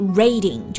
rating